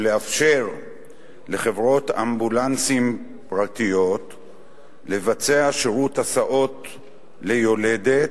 ולאפשר לחברות אמבולנסים פרטיות לבצע שירות הסעות ליולדת,